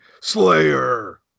Slayer